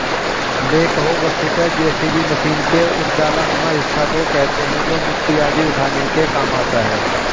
backhoe वस्तुतः JCB machine के उस डालानुमा हिस्सा को कहते हैं जो मिट्टी आदि उठाने के काम आता है